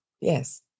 Yes